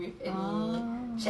oh